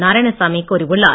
நாராயணசாமி கூறியுள்ளார்